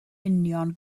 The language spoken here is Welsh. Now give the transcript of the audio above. union